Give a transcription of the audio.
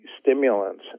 stimulants